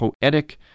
poetic